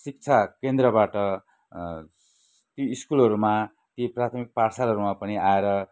शिक्षा केन्द्रबाट ती स्कुलहरूमा ती प्राथमिक पाठशालाहरूमा पनि आएर